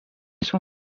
son